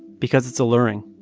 because it's alluring.